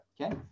Okay